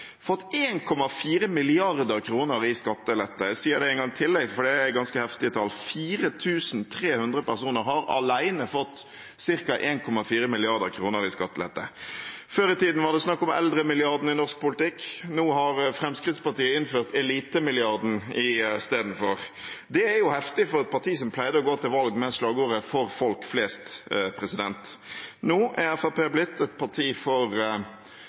fått 1,4 mrd. kr i skattelette. Jeg sier det en gang til, for det er ganske heftige tall: 4 300 personer har alene fått ca. 1,4 mrd. kr i skattelette. Før i tiden var det snakk om eldremilliarden i norsk politikk, nå har Fremskrittspartiet innført elitemilliarden istedenfor. Det er heftig for et parti som pleide å gå til valg med slagordet «for folk flest». Nå er Fremskrittspartiet blitt et parti for